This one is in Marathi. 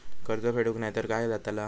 कर्ज फेडूक नाय तर काय जाताला?